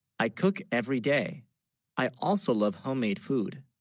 i cook, every day i also love homemade food